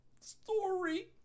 story